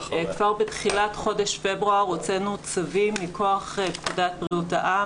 כבר בתחילת חודש פברואר הוצאנו צווים מכוח פקודת בריאות העם.